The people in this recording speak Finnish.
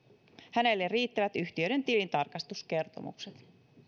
hänelle riittävät yhtiöiden tilintarkastuskertomukset